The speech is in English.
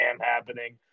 happening